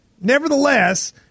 Nevertheless